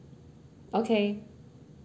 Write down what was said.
okay